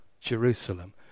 Jerusalem